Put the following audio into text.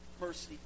mercy